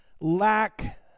lack